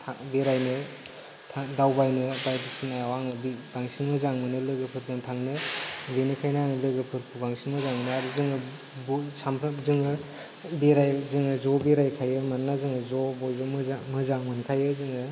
बेरायनो दावबायनो बायदिसिनाय बांसिन मोजांमोनो लोगोफोरजों थांनो बेनिखायनो आङो लोगोफोरखौ बांसिन मोजांमोनो आरो जोङो ज बेराय खायो मानोना ज मोजां मोनखायो जोङो